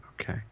Okay